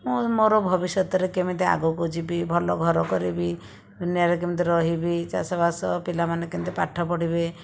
ମୁଇଁ ମୋର ଭବିଷ୍ୟତରେ କେମିତି ଆଗକୁ ଯିବି ଭଲ ଘର କରିବି ଦୁନିଆଁରେ କେମିତି ରହିବି ଚାଷବାସ ପିଲାମାନେ କେମିତି ପାଠ ପଢ଼ିବେ